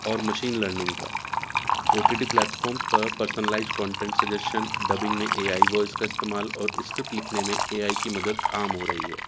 اور machine learning کا O T T platforms personalised content suggestion dubbing میں A I voice کا استعمال اور اسکرپٹ لکھنے میں اے آئی کی مدد عام ہو رہی ہے